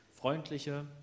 freundliche